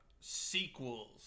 sequels